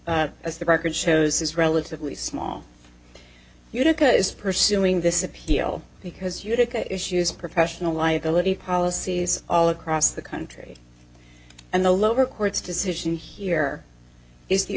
as the record shows is relatively small utica is pursuing this appeal because you tick a issues professional liability policies all across the country and the lower court's decision here is the